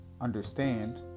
understand